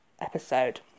episode